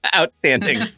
outstanding